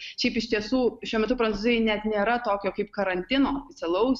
šiaip iš tiesų šiuo metu prancūzijoj net nėra tokio kaip karantino oficialaus